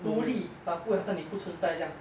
独立 but 不要像你不存在这样